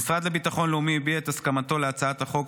המשרד לביטחון לאומי הביע את הסכמתו להצעת החוק,